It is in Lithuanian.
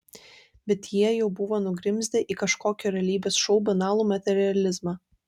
bet jie jau buvo nugrimzdę į kažkokio realybės šou banalų materializmą